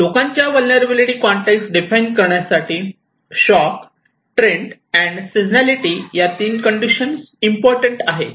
लोकांच्या vulnerability context define करण्यासाठी shock trend and seasonality या तीन कंडिशन इम्पॉर्टंट आहे